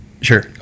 Sure